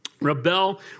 rebel